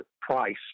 price